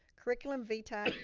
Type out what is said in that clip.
curriculum vitae,